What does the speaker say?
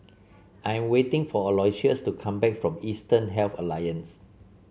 I'm waiting for Aloysius to come back from Eastern Health Alliance